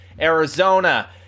Arizona